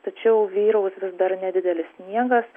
tačiau vyraus dar nedidelis sniegas